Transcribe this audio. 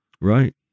Right